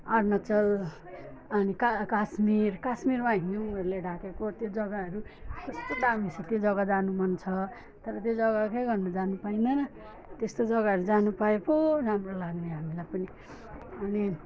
अरुणाचल अनि कहाँ काश्मीर काश्मीरमा हिउँहरूले ढाकिएको त्यो जग्गाहरू कस्तो दामी छ त्यो जग्गा जानु मन छ तर त्यो जग्गा के गर्नु जानु पाइँदैन त्यस्तो जग्गाहरू जानु पाए पो राम्रो लाग्ने हामीलाई पनि अनि